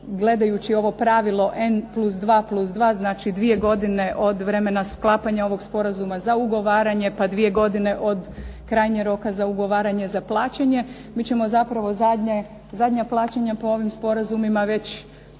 gledajući ovo pravilo N plus dva plus dva, znači dvije godine od vremena sklapanja ovog sporazuma za ugovaranje, pa dvije godine od krajnjeg roka za ugovaranje za plaćanje. Mi ćemo zapravo zadnja plaćanja po ovim sporazumima već moguće